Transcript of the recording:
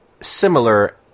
similar